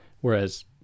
Whereas